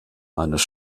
eines